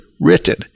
written